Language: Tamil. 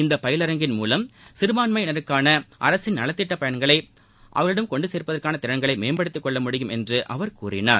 இந்த பயிலரங்கின் மூலம் சிறுபான்மயினருக்கான அரசின் நலத்திட்ட பயன்களை அவர்களிடம் கொண்டு சேர்ப்பதற்கான திறன்களை மேம்படுத்திக் கொள்ள முடியும் என்று அவர் கூறினார்